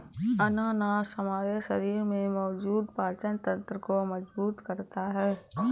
अनानास हमारे शरीर में मौजूद पाचन तंत्र को मजबूत करता है